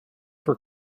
for